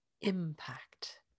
impact